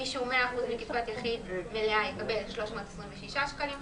מי שהוא 100% מקצבת יחיד מלאה יקבל 326 שקלים חדשים,